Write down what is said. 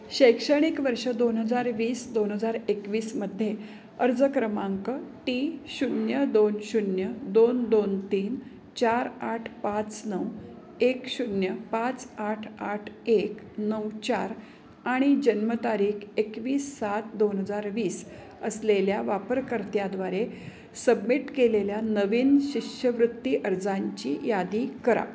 शैक्षणिक वर्ष दोन हजार वीस दोन हजार एकवीसमध्ये अर्ज क्रमांक टी शून्य दोन शून्य दोन दोन तीन चार आठ पाच नऊ एक शून्य पाच आठ आठ एक नऊ चार आणि जन्मतारीख एकवीस सात दोन हजार वीस असलेल्या वापरकर्त्याद्वारे सबमिट केलेल्या नवीन शिष्यवृत्ती अर्जांची यादी करा